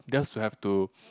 just have to